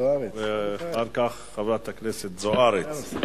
אחר כך, חברת הכנסת זוארץ.